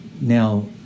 Now